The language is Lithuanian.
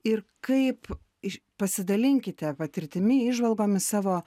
ir kaip iš pasidalinkite patirtimi įžvalgomis savo